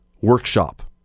workshop